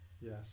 Yes